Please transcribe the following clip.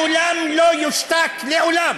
לעולם לא יושתק, לעולם